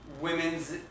women's